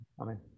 Amen